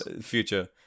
future